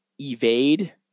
evade